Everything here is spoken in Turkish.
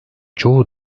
çoğu